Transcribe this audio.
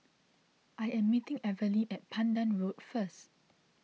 I am meeting Evelyne at Pandan Road first